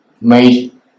made